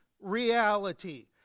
reality